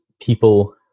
people